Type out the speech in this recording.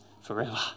forever